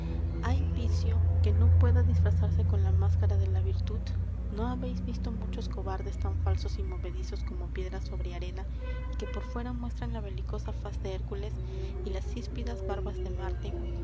hay vicio que no pueda disfrazarse con la máscara de la virtud no habeis visto muchos cobardes tan falsos y movedizos como piedra sobre arena y que por fuera muestran la belicosa faz de hércules y las híspidas barbas de marte